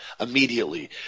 immediately